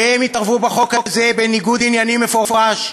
והם התערבו בחוק הזה בניגוד עניינים מפורש,